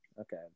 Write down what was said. Okay